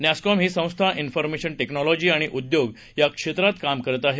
नॅस्कॉम ही संस्था information technology आणि उद्योग या क्षेत्रात काम करत आहे